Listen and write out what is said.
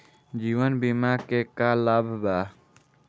जीवन बीमा के का लाभ बा?